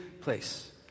place